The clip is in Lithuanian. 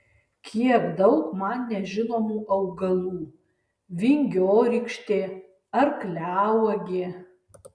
kiek daug man nežinomų augalų vingiorykštė arkliauogė